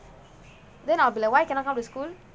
then I'll be like why cannot come to school